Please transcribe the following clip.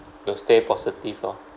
to stay positive lor